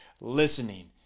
listening